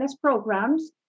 programs